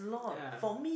ya